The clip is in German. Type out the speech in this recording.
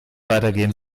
weitergehen